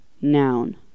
noun